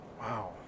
Wow